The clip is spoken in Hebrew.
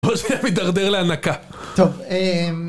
עוד שנייה מתדרדר להנקה. טוב, אהההם...